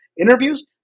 Interviews